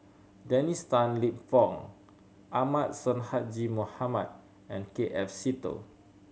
Dennis Tan Lip Fong Ahmad Sonhadji Mohamad and K F Seetoh